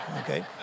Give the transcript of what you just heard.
Okay